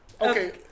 Okay